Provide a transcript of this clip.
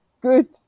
good